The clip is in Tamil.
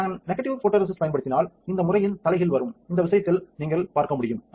நான் நெகடிவ் போடோரெசிஸ்ட் பயன்படுத்தினால் இந்த முறையின் தலைகீழ் வரும் இந்த விஷயத்தில் நீங்கள் பார்க்க முடியும் ஆ